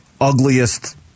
ugliest